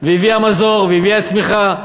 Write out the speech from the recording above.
והביאה מזור, והביאה צמיחה,